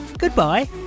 Goodbye